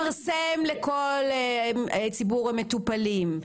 לפרסם לכל ציבור המטופלים.